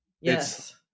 Yes